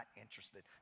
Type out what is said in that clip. interested